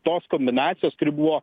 tos kombinacijos kuri buvo